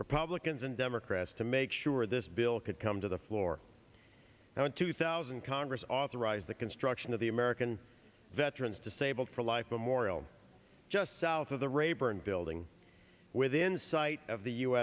republicans and democrats to make sure this bill could come to the floor now in two thousand congress authorized the construction of the american veterans disabled for life memorial just south of the rayburn building within sight of the u